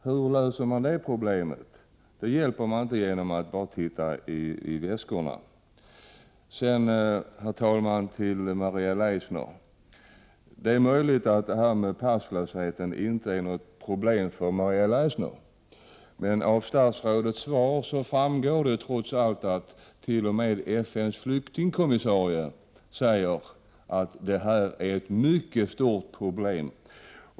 Hur löser man ett sådant problem? Det avhjälper man inte bara genom att titta i väskorna. Sedan till Maria Leissner. Det är möjligt att passlöshet inte är något problem för Maria Leissner. Av statsrådets svar framgår trots allt att t.o.m. FN:s flyktingkommissarie anser att det är ett mycket stort problem.